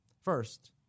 First